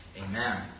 Amen